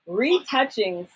retouching